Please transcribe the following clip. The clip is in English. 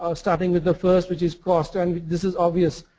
um starting with the first which is cost and, this is obvious.